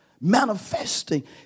manifesting